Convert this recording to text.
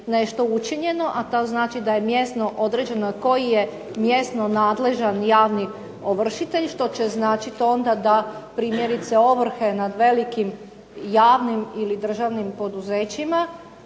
nešto učinjeno, a to znači da je mjesno određeno koji je mjesno nadležan javni ovršitelj što će značiti onda da primjerice ovrhe nad velikim i javnim ili državnim poduzećima